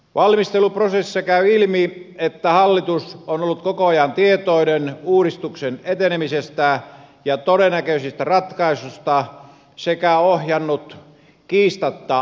valmisteluprosessista käy ilmi että hallitus on ollut koko ajan tietoinen uudistuksen etenemisestä ja todennäköisistä ratkaisuista sekä ohjannut kiistatta valmistelua